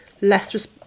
less